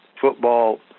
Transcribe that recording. football